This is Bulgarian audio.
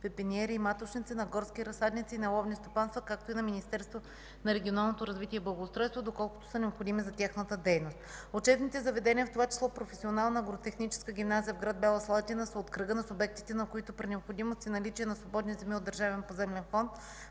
пепиниери и маточници, на горски разсадници и на ловни стопанства, както и на Министерството на регионалното развитие и благоустройство, доколкото са необходими за тяхната дейност. Учебните заведения, в това число Професионална агротехническа гимназия в град Бяла Слатина, са от кръга на субектите, на които, при необходимост и наличие на свободни земи от Държавния поземлен фонд,